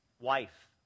wife